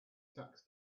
tax